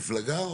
לא כמפלגה?